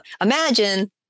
imagine